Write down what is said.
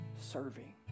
serving